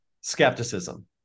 skepticism